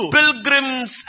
pilgrims